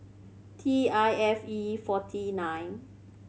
T I F E forty nine